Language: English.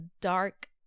dark